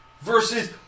versus